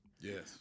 Yes